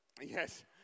yes